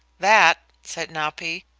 that, said napi,